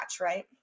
Right